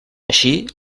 així